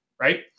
Right